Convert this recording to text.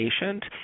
patient